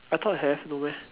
I thought have no meh